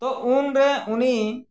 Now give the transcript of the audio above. ᱛᱚ ᱩᱱᱨᱮ ᱩᱱᱤ